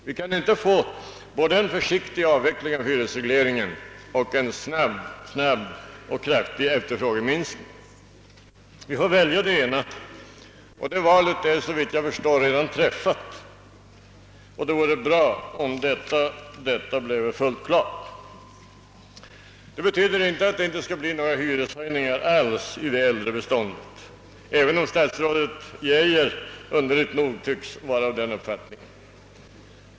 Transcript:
Vi kan inte få både en försiktig avveckling av hyresregleringen och en snabb och kraftig efterfrågeminskning; vi får välja det ena. Det valet är såvitt jag förstår redan träffat, och det vore bra om detta bleve fullt klart. Det betyder inte att det inte skall bli några hyreshöjningar alls i det äldre beståndet, även om statsrådet Geijer underligt nog tycks vara av den uppfattningen.